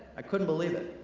i couldn't believe it!